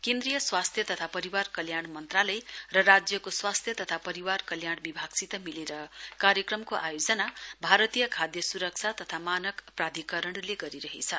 केन्द्रीय स्वास्थ्य तथा परिवार कल्याण मन्त्रालय र राज्यको स्वास्थ्य तथा परिवार कल्याण विभागसित मिलेर कार्यक्रमको आयोजना भारतीय खाद्य सुरक्षा तथा मानक प्राधिकरणले गरिरहेछ